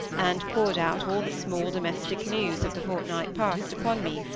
and poured out all the small domestic news of the fortnight past upon me,